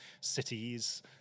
cities